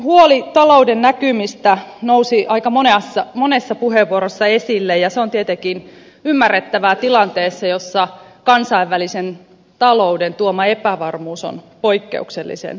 huoli talouden näkymistä nousi aika monessa puheenvuorossa esille ja se on tietenkin ymmärrettävää tilanteessa jossa kansainvälisen talouden tuoma epävarmuus on poikkeuksellisen suurta